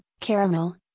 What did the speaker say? caramel